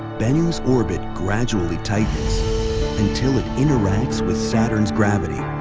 bennu's orbit gradually tightens until it interacts with saturn's gravity,